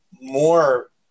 more –